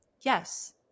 yes